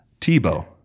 Tebow